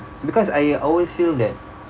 because I always feel that